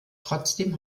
trotzdem